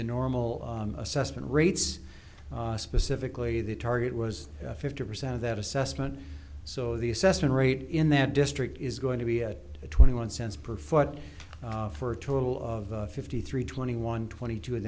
the normal assessment rates specifically the target was fifty percent of that assessment so the assessment rate in that district is going to be at a twenty one cents per foot for a total of fifty three twenty one twenty two in